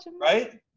right